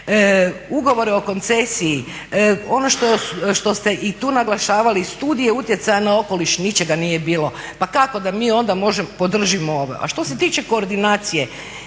Ugovore o koncesiji ono što ste i tu naglašavali, studije utjecaja na okoliš ničega nije bilo. Pa kako da mi onda podržimo ovo? A što se tiče koordinacije,